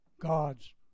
God's